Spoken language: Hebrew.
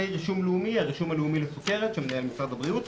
הרישום הלאומי לסכרת שמנהל משרד הבריאות.